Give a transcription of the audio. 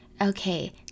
Okay